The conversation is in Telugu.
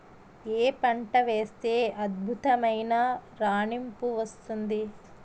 ఏ పంట వేస్తే అద్భుతమైన రాణింపు వస్తుంది?